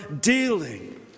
dealing